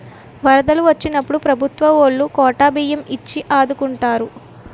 వరదలు వొచ్చినప్పుడు ప్రభుత్వవోలు కోటా బియ్యం ఇచ్చి ఆదుకుంటారు